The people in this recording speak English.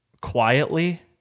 quietly